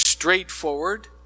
Straightforward